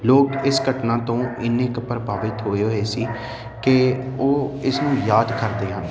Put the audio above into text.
ਲੋਕ ਇਸ ਘਟਨਾ ਤੋਂ ਇੰਨੇ ਕੁ ਪ੍ਰਭਾਵਿਤ ਹੋਏ ਹੋਏ ਸੀ ਕਿ ਉਹ ਇਸ ਨੂੰ ਯਾਦ ਕਰਦੇ ਹਨ